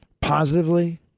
Positively